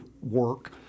work